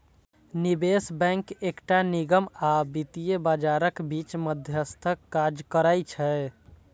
निवेश बैंक एकटा निगम आ वित्तीय बाजारक बीच मध्यस्थक काज करै छै